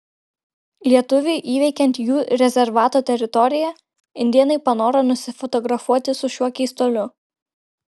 lietuviui įveikiant jų rezervato teritoriją indėnai panoro nusifotografuoti su šiuo keistuoliu